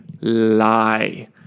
lie